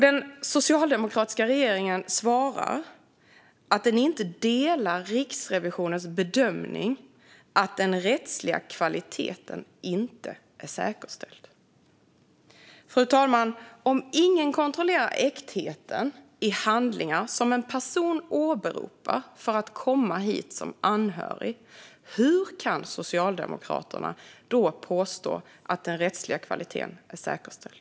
Den socialdemokratiska regeringen svarar att den inte delar Riksrevisionens bedömning att den rättsliga kvaliteten inte är säkerställd. Men, fru talman, om ingen kontrollerar äktheten hos handlingar som en person åberopar för att komma hit som anhörig, hur kan Socialdemokraterna då påstå att den rättsliga kvaliteten är säkerställd?